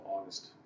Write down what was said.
August